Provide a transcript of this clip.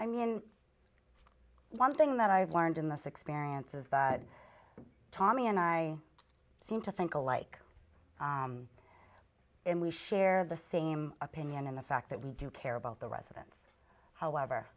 i mean one thing that i've learned in this experience is that tommy and i seem to think alike and we share the same opinion and the fact that we do care about the residents however